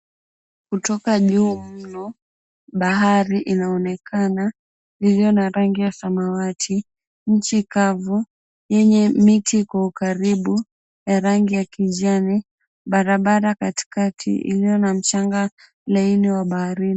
Kutoka juu mno bahari inaonekana iliyo na rangi ya samawati. Nchi kavu yenye miti kwa ukaribu ya rangi ya kijani, barabara katikati iliyo na mchanga laini wa baharini.